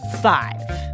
Five